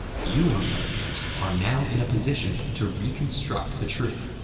you, on the other hand, are now in a position to reconstruct the truth.